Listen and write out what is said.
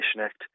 Act